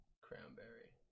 cranberry